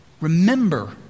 remember